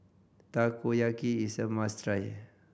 takoyaki is a must try